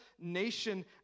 nation